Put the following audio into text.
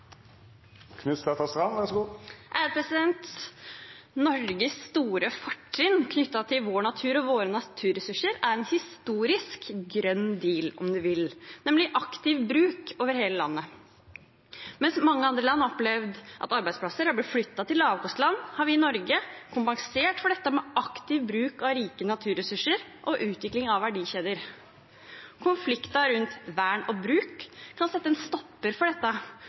en historisk grønn deal, om du vil, nemlig aktiv bruk over hele landet. Mens mange andre land har opplevd at arbeidsplasser har blitt flyttet til lavkostland, har vi i Norge kompensert for dette med aktiv bruk av rike naturressurser og utvikling av verdikjeder. Konflikten rundt vern og bruk kan sette en stopper for dette